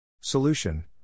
Solution